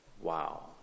Wow